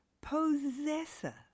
possessor